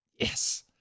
Yes